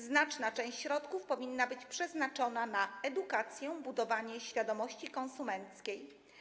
Znaczna część środków powinna być przeznaczona na edukację i budowanie świadomości konsumenckiej.